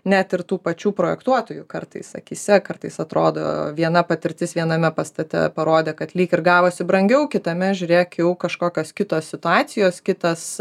net ir tų pačių projektuotojų kartais akyse kartais atrodo viena patirtis viename pastate parodė kad lyg ir gavosi brangiau kitame žiūrėk jau kažkokios kitos situacijos kitas